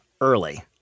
early